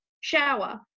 shower